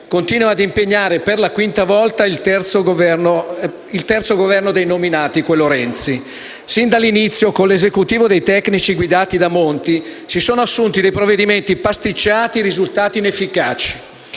continua a impegnare per la quinta volta il terzo Governo dei nominati, il Governo Renzi. Sin dall'inizio, con l'Esecutivo dei tecnici guidati da Monti, sono stati assunti dei provvedimenti pasticciati, risultati inefficaci.